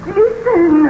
listen